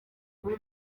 muri